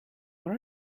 what